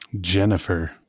Jennifer